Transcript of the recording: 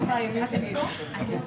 לחזור